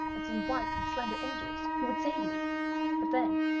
and seemed white and slender angels who would save me but then,